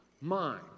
mind